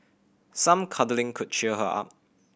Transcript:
some cuddling could cheer her up